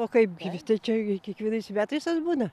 o kaipgi tai čia kiekvienais metais tas būna